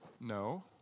No